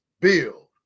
build